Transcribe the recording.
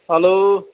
hello